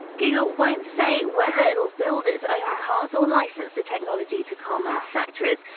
google wont say whether it will build its own cars or license the technology to car manufacturers.